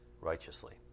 righteously